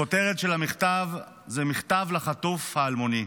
הכותרת של המכתב היא "מכתב לחטוף האלמוני".